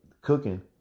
cooking